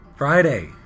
Friday